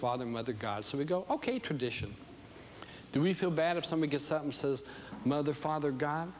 father mother god so we go ok tradition and we feel bad if someone gets up and says mother father god